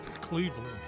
Cleveland